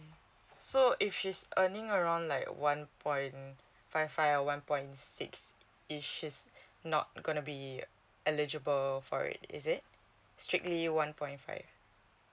so if she's earning around like one point five five or one point six is she's not gonna be eligible for it is it strictly one point five